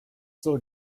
still